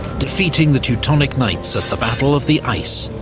defeating the teutonic knights at the battle of the ice,